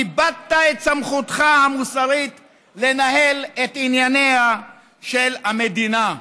איבדת את סמכותך המוסרית לנהל את ענייניה של המדינה.